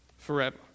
forever